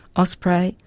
osprey,